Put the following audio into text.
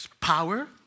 power